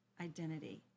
identity